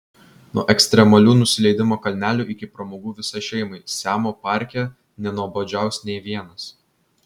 nuo ekstremalių nusileidimo kalnelių iki pramogų visai šeimai siamo parke nenuobodžiaus nė vienas